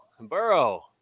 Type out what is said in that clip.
Burrow